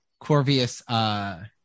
Corvius